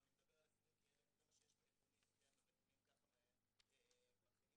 אני לא מצליח להבין למה צריך את דרישת הלקוח.